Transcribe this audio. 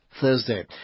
Thursday